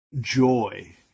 joy